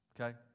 okay